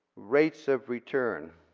rates of return.